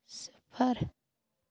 صِفر